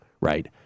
right